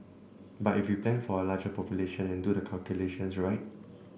but if we plan for a larger population and do the calculations right